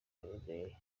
nteye